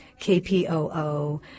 KPOO